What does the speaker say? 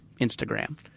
Instagram